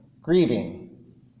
grieving